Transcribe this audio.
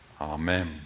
Amen